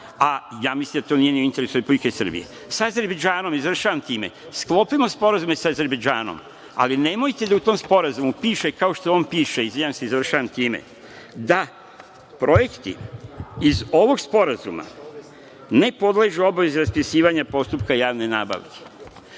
a mislim da to nije u interesu ni Republike Srbije. Sa Azerbejdžanom, i završavam time, sklopimo sporazume sa Azerbejdžanom, ali nemojte da u tom sporazumu piše, kao što u ovom piše, izvinjavam se i završavam time, da projekti iz ovog sporazuma ne podležu obavezi raspisivanja postupka javne nabavke.